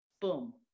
Boom